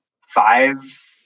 five